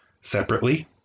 Separately